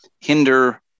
hinder